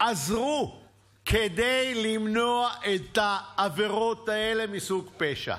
עזרו למנוע את העבירות האלה מסוג פשע.